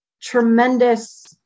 tremendous